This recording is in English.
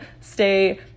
stay